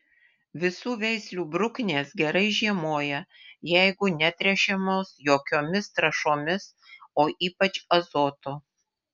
visų veislių bruknės gerai žiemoja jeigu netręšiamos jokiomis trąšomis o ypač azoto